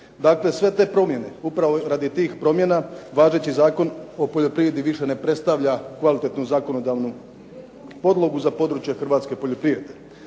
Dakle, sve te promjene, upravo radi tih promjena važeći Zakon o poljoprivredi više ne predstavlja kvalitetnu zakonodavnu podlogu za područje hrvatske poljoprivrede.